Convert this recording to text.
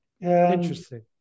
Interesting